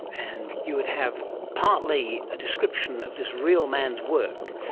and you would have partly a description of this real man's work,